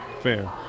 Fair